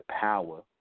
power